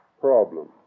problem